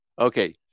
Okay